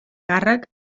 càrrec